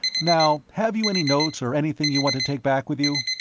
now, have you any notes or anything you want to take back with you?